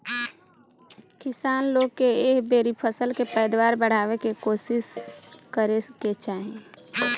किसान लोग के एह बेरी फसल के पैदावार बढ़ावे के कोशिस करे के चाही